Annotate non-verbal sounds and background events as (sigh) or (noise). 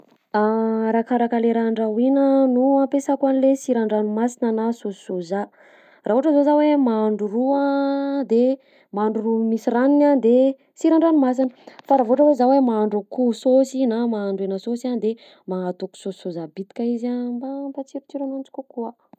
(hesitation) Arakaraka le raha andrahoina no ampiasako an'le siran-dranomasina na saosy soja. Raha ohatra zao za hoe mahandro ro a de mahandro ro misy ranony a de siran-dranomasina, fa raha vao ohatra hoe za hoe mahandro akoho saosy na mahandro hena saosy de magnataoko saosy soja bitika izy mba hampatsirotsiro ananjy kokoa.